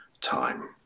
time